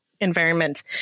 environment